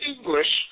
English